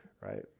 right